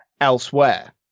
elsewhere